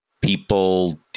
people